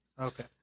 Okay